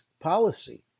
policy